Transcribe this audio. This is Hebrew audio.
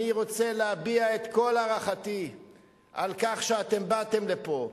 אני רוצה להביע את כל הערכתי על כך שאתם באתם לפה,